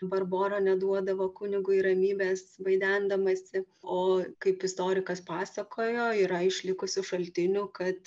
barbora neduodavo kunigui ramybės vaidendamasi o kaip istorikas pasakojo yra išlikusių šaltinių kad